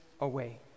away